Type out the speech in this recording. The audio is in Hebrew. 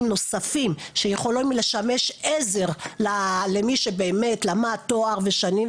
נוספים שיכולים לשמש עזר למי שבאמת למד תואר ושנים.